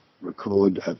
record